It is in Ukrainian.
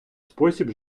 спосіб